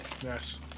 Yes